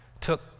took